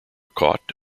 caught